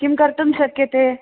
किं कर्तुं शक्यते